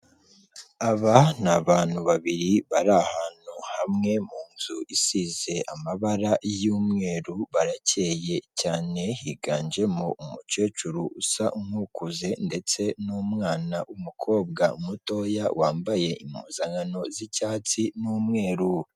Aba ni abantu babiri bari ahantu hamwe mu nzu isize amabara y'umweru, barakeye cyane, higanjemo umukecuru usa nk'ukuze ndetse n'umwana w'umukobwa mutoya wambaye impuzankano z'icyatsi n'umweru.